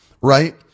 right